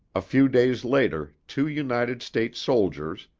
a few days later, two united states soldiers,